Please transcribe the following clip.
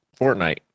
Fortnite